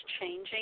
changing